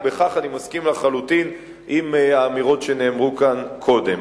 בכך אני מסכים לחלוטין לאמירות שנאמרו כאן קודם.